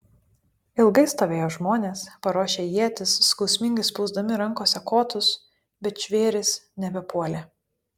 ilgai stovėjo žmonės paruošę ietis skausmingai spausdami rankose kotus bet žvėrys nebepuolė